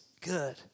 good